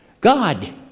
God